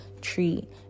treat